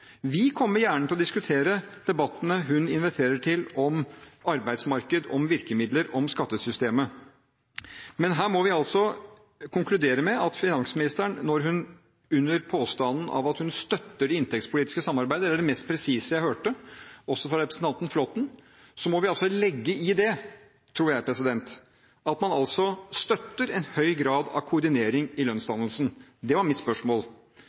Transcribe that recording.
Vi kommer gjerne til å diskutere debattene hun inviterer til om arbeidsmarked, om virkemidler, om skattesystemet, men her må vi altså konkludere med at i finansministerens påstand om at hun støtter det inntektspolitiske samarbeidet – det var det mest presise jeg hørte, også fra representanten Flåtten – tror jeg vi må legge at man støtter en høy grad av koordinering i lønnsdannelsen – det var mitt spørsmål